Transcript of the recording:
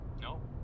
no